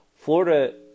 Florida